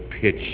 pitch